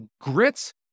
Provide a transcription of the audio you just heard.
grits